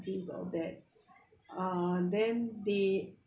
countries all that uh then they